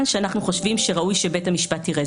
שאנחנו חושבים שראוי שבית המשפט יראה.